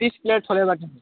तिस प्लेट छोले भटुरे